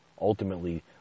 ultimately